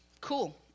cool